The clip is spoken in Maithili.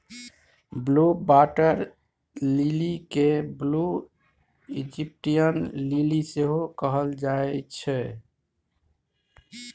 ब्लु बाटर लिली केँ ब्लु इजिप्टियन लिली सेहो कहल जाइ छै